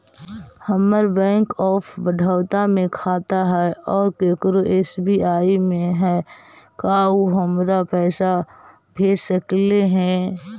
हमर bank of Baroda में खाता है और केकरो एस.बी.आई में है का उ हमरा पर पैसा भेज सकले हे?